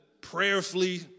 prayerfully